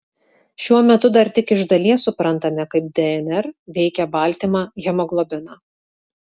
šiuo metu dar tik iš dalies suprantame kaip dnr veikia baltymą hemoglobiną